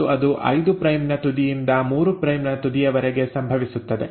ಮತ್ತು ಅದು 5 ಪ್ರೈಮ್ ನ ತುದಿಯಿಂದ 3 ಪ್ರೈಮ್ ನ ತುದಿಯವರೆಗೆ ಸಂಭವಿಸುತ್ತದೆ